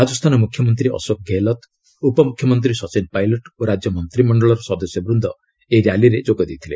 ରାଜସ୍ଥାନ ମୁଖ୍ୟମନ୍ତ୍ରୀ ଅଶୋକ ଗେହେଲତ ଉପମୁଖ୍ୟମନ୍ତ୍ରୀ ସଚିନ ପାଇଲଟ ଓ ରାଜ୍ୟ ମନ୍ତ୍ରିମଣ୍ଡଳର ସଦସ୍ୟ ବୃନ୍ଦ ଏହି ର୍ୟାଲିରେ ଯୋଗଦେଇଥିଲେ